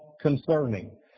concerning